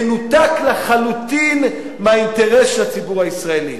מנותק לחלוטין מהאינטרס של הציבור הישראלי.